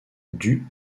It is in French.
dues